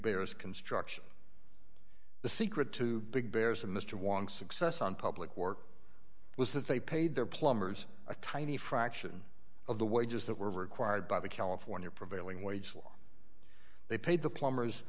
bear as construction the secret to big bears and mr wong success on public work was that they paid their plumbers a tiny fraction of the wages that were required by the california prevailing wage law they paid the plumbers